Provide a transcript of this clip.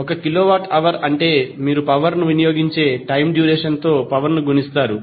1 kilowatt అంటే మీరు power ను వినియోగించే టైం డ్యూరేషన్ తో పవర్ ను గుణిస్తారు